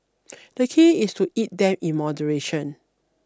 the key is to eat them in moderation